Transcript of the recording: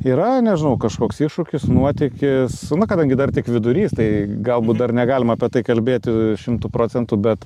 yra nežinau kažkoks iššūkis nuotykis kadangi dar tik vidurys tai galbūt dar negalime apie tai kalbėti šimtu procentų bet